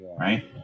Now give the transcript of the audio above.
right